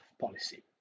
policy